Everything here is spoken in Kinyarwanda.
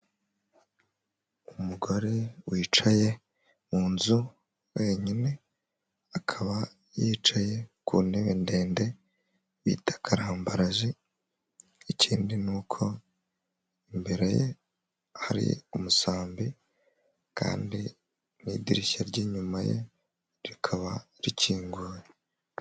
Umugore wicaye mu nzu wenyine akaba yicaye ku ntebe ndende bita karambarazi, ikindi ni uko imbere ye hari umusambi kandi n'idirishya ry'inyuma ye rikaba rikinguye.